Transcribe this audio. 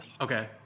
Okay